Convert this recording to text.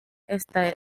estrellada